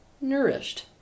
nourished